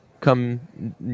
Come